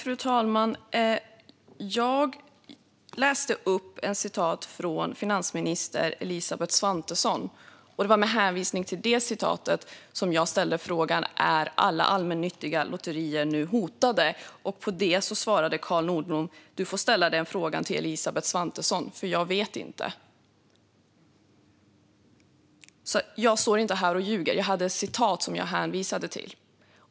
Fru talman! Jag läste upp ett citat från finansminister Elisabeth Svantesson. Det var med hänvisning till det citatet som jag ställde frågan: Är alla allmännyttiga lotterier nu hotade? På det svarade Carl Nordblom: Du får ställa den frågan till Elisabeth Svantesson, för jag vet inte. Jag står inte här och ljuger. Jag hade ett citat som jag hänvisade till.